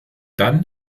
dann